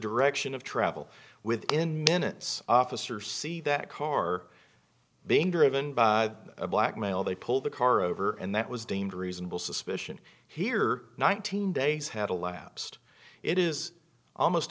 direction of travel within minutes officer see that car being driven by a black male they pulled the car over and that was deemed reasonable suspicion here nineteen days had elapsed it is almost